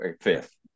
fifth